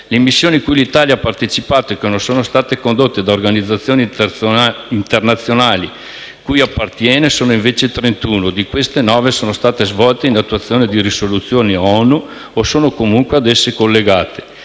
Le missioni cui l'Italia ha partecipato e che non sono state condotte da organizzazioni internazionali cui appartiene sono invece trentuno: di queste nove sono state svolte in attuazione di risoluzioni ONU o sono, comunque, ad esse collegate.